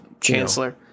chancellor